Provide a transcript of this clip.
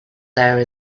there